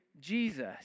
Jesus